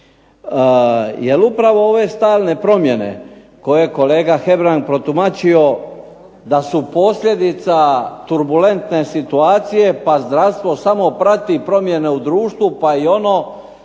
jer upravo ove stalne promjene koje je kolega Hebrang protumačio da su posljedica turbulentne situacije, pa zdravstvo samo prati promjene u društvu, pa je i ono